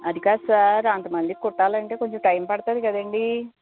అది కాదు సార్ అంత మందికి కుట్టాలంటే కొంచం టైమ్ పడుతుంది కదండి